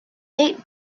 nate